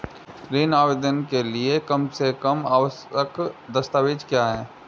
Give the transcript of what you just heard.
ऋण आवेदन के लिए कम से कम आवश्यक दस्तावेज़ क्या हैं?